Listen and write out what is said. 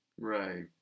Right